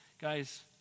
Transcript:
Guys